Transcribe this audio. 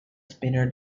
spinner